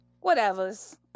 Whatever's